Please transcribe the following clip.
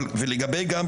ולגבי גם,